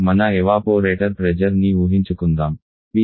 మన evaporator pressure ని ఊహించుకుందాం PE 0